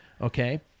Okay